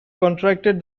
contracted